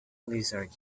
lizard